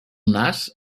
nas